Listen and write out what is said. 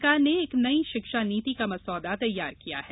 सरकार ने एक नई शिक्षा नीति का मसौदा तैयार किया है